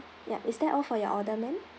ya it's that all for your order ma'am